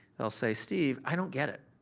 they'll say, steve, i don't get it.